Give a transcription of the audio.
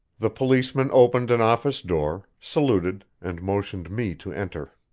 the policeman opened an office door, saluted, and motioned me to enter.